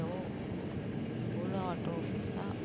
hello Ola auto ஆஃபீஸா